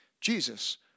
Jesus